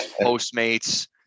Postmates